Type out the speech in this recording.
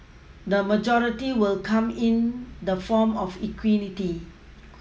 the majority will come in the form of equity